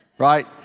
Right